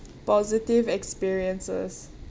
positive experiences